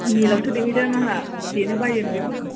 मिलावसो देहैदों आंहा देनो बायो न'आव